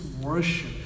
worship